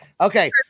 Okay